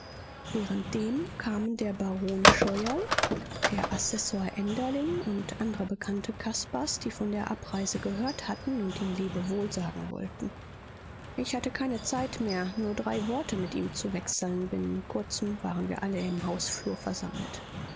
fahren währenddem kamen der baron scheuerl der assessor enderlin und andre bekannte caspars die von der abreise gehört hatten und ihm lebewohl sagen wollten ich hatte keine zeit mehr nur drei worte mit ihm zu wechseln binnen kurzem waren wir alle im hausflur versammelt